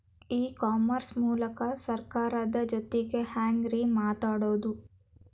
E commerce ಮೂಲಕ ಸರ್ಕಾರದ ಜೊತಿಗೆ ಹ್ಯಾಂಗ್ ರೇ ಮಾತಾಡೋದು?